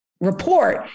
report